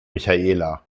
michaela